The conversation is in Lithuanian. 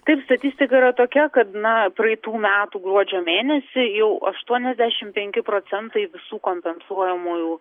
taip statistika yra tokia kad na praeitų metų gruodžio mėnesį jau aštuoniasdešim penki procentai visų kompensuojamųjų